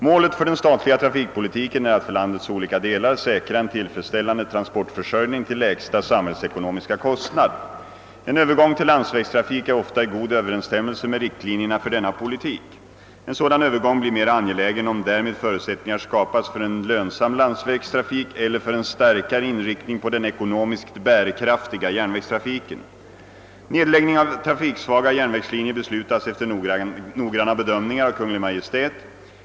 Målet för den statliga trafikpolitiken är att för landets olika delar säkra en tillfredsställande = transportförsörjning till lägsta samhällsekonomiska kostnad. En övergång till landsvägstrafik är ofta i god överensstämmelse med riktlinjerna för denna politik. En sådan övergång blir mera angelägen om därmed förutsättningar skapas för en lönsam landsvägstrafik eller för en starkare in riktning på den ekonomiskt bärkraftiga järnvägstrafiken. Nedläggning av trafiksvaga järnvägslinjer beslutas efter noggranna bedömningar av Kungl. Maj:t.